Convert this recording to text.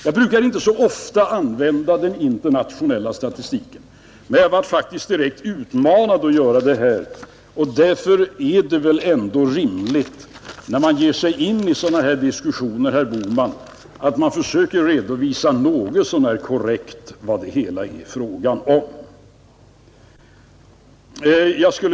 Jag brukar inte så ofta använda den internationella statistiken, men jag blev faktiskt direkt uppmanad att göra det här. Det är väl ändå rimligt, när man ger sig in i sådana här diskussioner, herr Bohman, att man försöker redovisa något så när korrekt vad det är fråga om.